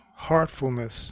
heartfulness